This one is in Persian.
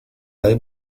برای